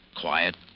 quiet